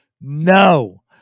No